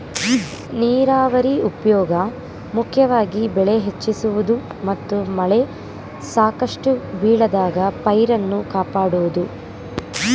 ನೀರಾವರಿ ಉಪ್ಯೋಗ ಮುಖ್ಯವಾಗಿ ಬೆಳೆ ಹೆಚ್ಚಿಸುವುದು ಮತ್ತು ಮಳೆ ಸಾಕಷ್ಟು ಬೀಳದಾಗ ಪೈರನ್ನು ಕಾಪಾಡೋದು